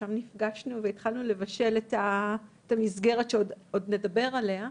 ששם נפגשנו והתחלנו לבשל את המסגרת שעוד נדבר עליה.